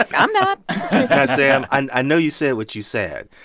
i'm not sam, and i know you said what you said.